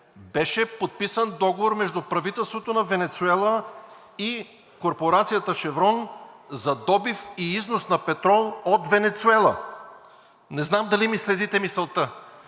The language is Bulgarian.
„Беше подписан договор между правителството на Венецуела и корпорацията „Шеврон“ за добив и износ на петрол от Венецуела.“ Не знам дали ми следите мисълта?!